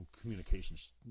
communications